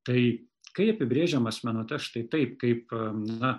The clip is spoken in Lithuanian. tai kai apibrėžiam asmenuotes štai taip kaip na